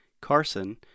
Carson